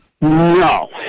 No